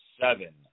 seven